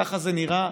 ככה זה נראה.